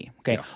okay